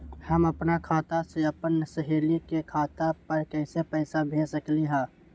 हम अपना खाता से अपन सहेली के खाता पर कइसे पैसा भेज सकली ह?